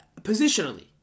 positionally